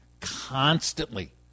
constantly